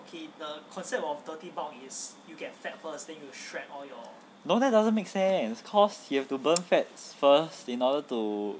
no that doesn't make sense cause you have to burn fats first in order to